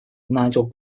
nigel